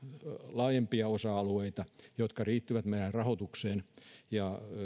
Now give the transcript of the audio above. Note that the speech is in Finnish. laajempia osa alueita jotka liittyvät meidän rahoitukseen ja